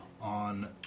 on